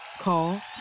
Call